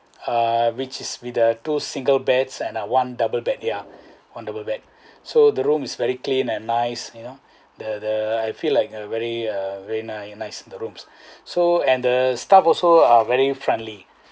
uh which is with the two single beds and one double bed ya one double bed so the room is very clean and nice you know the the I feel like uh very uh very nice nice the rooms so and the staff also are very friendly